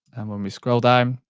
and when we scroll down,